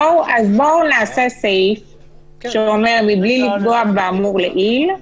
בואו ונעשה סעיף שאומר: מבלי לפגוע באמור לעיל,